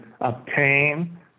obtain